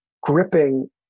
gripping